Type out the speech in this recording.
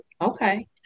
Okay